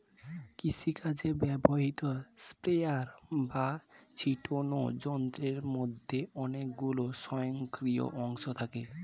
কৃষিকাজে ব্যবহৃত স্প্রেয়ার বা ছিটোনো যন্ত্রের মধ্যে অনেকগুলি স্বয়ংক্রিয় অংশ থাকে